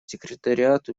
секретариат